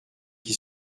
qui